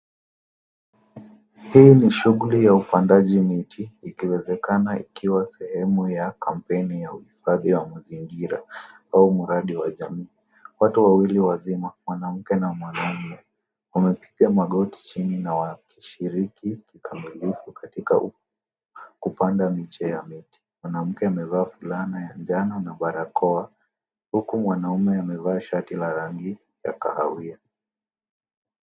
Hii ni shughuli ya upandaji miti ikiwezekana ikiwa sehemu ya kampeni ya uhifadhi wa mazingira au mradi wa jamii. Watu wawili wazima mwanamke na mwanaume wamepiga magoti chini na wanashiriki kikamilifu katika kupanda miche wa miti. Mwanamke amevaa fulana ya njano na barakoa huku mwanaume amevaa sharti la rangi ya kahawia.